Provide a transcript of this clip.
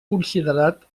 considerat